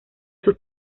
sus